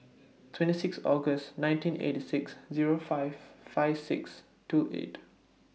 twenty six August nineteen eighty six Zero five five six two eight